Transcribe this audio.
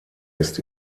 ist